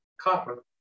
copper